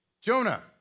Jonah